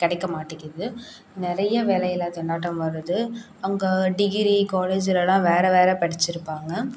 கிடைக்க மாட்டிக்குது நிறைய வேலையில்லா திண்டாட்டம் வருது அவங்க டிகிரி காலேஜில்லாம் வேறு வேறு படிச்சுருப்பாங்க